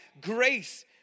grace